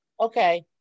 Okay